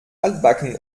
altbacken